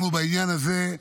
אנחנו, בעניין הזה,